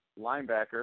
linebacker